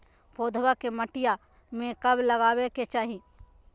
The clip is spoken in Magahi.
पौधवा के मटिया में कब लगाबे के चाही?